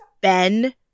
Ben